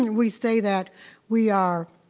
and we say that we are.